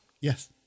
Yes